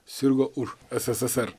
sirgo už sssr